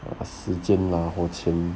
err 时间 lah 或钱